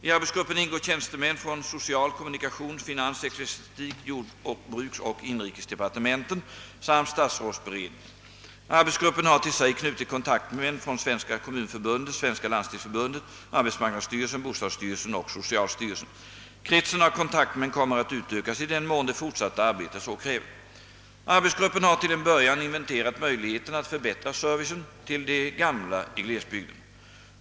I arbetsgruppen ingår tjänstemän från social-, kommunikations-, finans-, ecklesiastik-, jordbruksoch inrikesdepartementen samt statsrådsberedningen. Arbetsgruppen har till sig knutit kontaktmän från Svenska kommunförbundet, Svenska landstingsförbundet, arbetsmarknadsstyrelsen, bostadsstyrelsen och socialstyrelsen. Kretsen av kontaktmän kom mer att utökas i den mån det fortsatta arbetet så kräver. Arbetsgruppen har till en början inventerat möjligheterna att förbättra servicen till de gamla i glesbygderna.